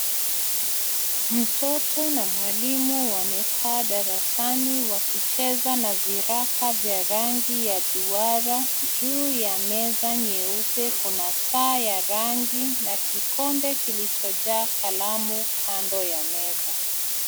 Mtoto na mwalimu wamekaa darasani wakicheza na viraka vya rangi ya duara. Juu ya meza nyeupe kuna saa ya rangi na kikombe kilichojaa kalamu kando ya meza.